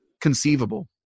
conceivable